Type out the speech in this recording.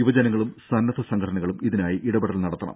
യുവജനങ്ങളും സന്നദ്ധ സംഘടനകളും ഇതിനായി ഇടപെടൽ നടത്തണം